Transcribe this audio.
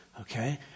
Okay